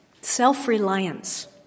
self-reliance